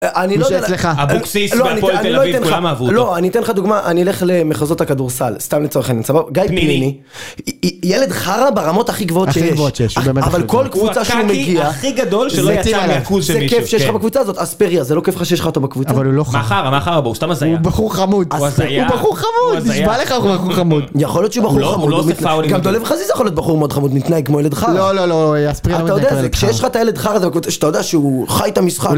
אני לא יודע. הבוקסיסט והפואל תל אלביב כולם עברו אותו. לא אני אתן לך דוגמה אני לך למחזות הכדורסל. סתם לצורך הנדס. סבב גיא פנימי. ילד חרא ברמות הכי גבוהות שיש. הכי גבוהות שיש. אבל כל קבוצה שהוא מגיע. הוא הכי הכי גדול שלא יצא מהקבוצה של מישהו. זה כיף שיש לך בקבוצה הזאת. אספריה זה לא כיף לך שיש לך אותו בקבוצה. אבל הוא לא חרא. מה חרא בבוקס אתה מזיין. הוא בחור חמוד. הוא בחור חמוד. זה שמע לך שהוא בחור חמוד. יכול להיות שהוא בחור חמוד. הוא לא עושה פאולינג. גם דולב חזית זה יכול להיות בחור מאוד חמוד. הוא מתנהג כמו ילד חרא. לא לא לא. אספריה. אתה יודע שכשיש לך את הילד חרא זה בקבוצה. שאתה יודע שהוא חי את המשחק.